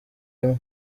imwe